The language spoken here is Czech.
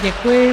Děkuji.